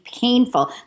painful